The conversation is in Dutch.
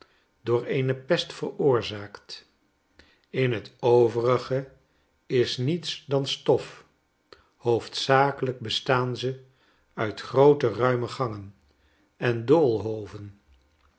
door eene pest veroorzaakt in het overige is niets dan stof hoofdzakelijk bestaanze uitgroote ruime gangen en doolhoven